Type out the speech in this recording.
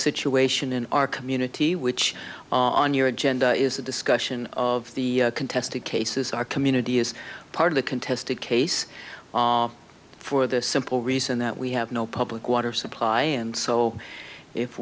situation in our community which on your agenda is a discussion of the contested cases our community is part of the contested case for the simple reason that we have no public water supply and so if